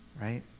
Right